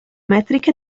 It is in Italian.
metrica